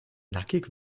nackig